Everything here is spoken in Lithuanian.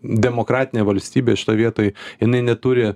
demokratinė valstybė šitoj vietoj jinai neturi